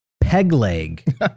Pegleg